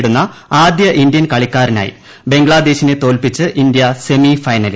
നേടുന്ന ആദ്യ ഇന്ത്യൻ കളിക്കാരനായി ബംഗ്ലാദേശിനെ തോൽപ്പിച്ച് ഇന്ത്യ സെമി ഫൈനലിൽ